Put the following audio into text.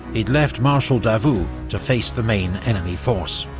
he'd left marshal davout to face the main enemy force.